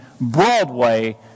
Broadway